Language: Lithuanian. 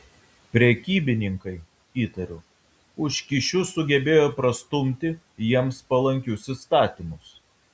prekybininkai įtariu už kyšius sugebėjo prastumti jiems palankius įstatymus